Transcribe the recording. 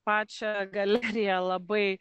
pačią galeriją labai